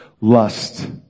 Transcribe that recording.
lust